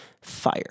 fire